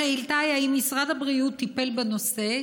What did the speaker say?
השאילתה היא: 1. האם משרד הבריאות טיפל בנושא?